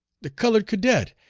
the colored cadet.